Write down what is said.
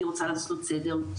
אני רוצה לעשות סדר.